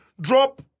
drop